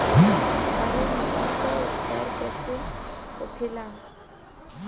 क्षारीय मिट्टी का उपचार कैसे होखे ला?